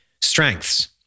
strengths